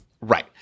Right